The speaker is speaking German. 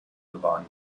bewahren